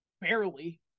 barely